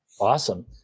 Awesome